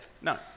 No